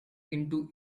into